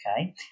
okay